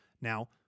Now